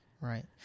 Right